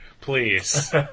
Please